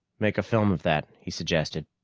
make a film of that, he suggested.